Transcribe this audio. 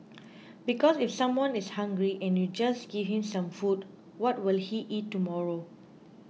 because if someone is hungry and you just give him some food what will he eat tomorrow